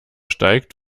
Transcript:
steigt